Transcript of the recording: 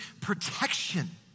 protection